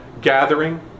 gathering